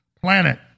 planet